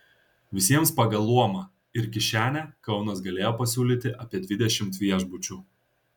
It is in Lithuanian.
visiems pagal luomą ir kišenę kaunas galėjo pasiūlyti apie dvidešimt viešbučių